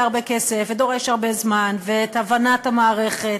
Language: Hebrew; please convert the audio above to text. הרבה כסף ודורש הרבה זמן ואת הבנת המערכת,